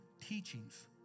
teachings